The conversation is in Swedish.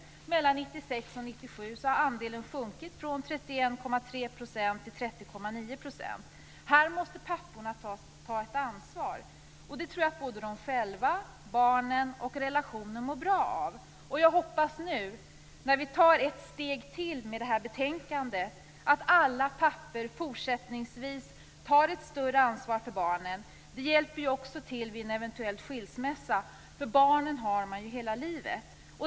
Mellan 1996 och 1997 har andelen sjunkit från 31,3 % till 30,9 %. Här måste papporna ta ett ansvar. Det tror jag att både de själva, barnen och relationen mår bra av. Jag hoppas att alla pappor fortsättningsvis tar ett större ansvar för barnen när vi nu tar ett steg till i och med betänkandet. Det hjälper också till vid en eventuell skilsmässa. Barnen har man ju hela livet.